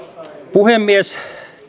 puhemies